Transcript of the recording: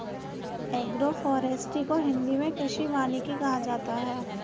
agroforestry को हिंदी मे कृषि वानिकी कहा जाता है